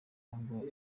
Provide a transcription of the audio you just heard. ntabwo